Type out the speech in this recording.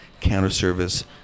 counter-service